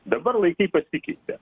dabar laikai pasikeitė